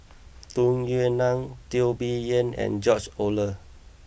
Tung Yue Nang Teo Bee Yen and George Oehlers